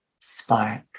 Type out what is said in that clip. spark